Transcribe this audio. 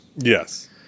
Yes